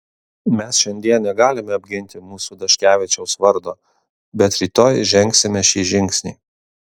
mes šiandien negalime apginti mūsų daškevičiaus vardo bet rytoj žengsime šį žingsnį